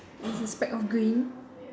there's a speck of green